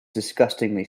disgustingly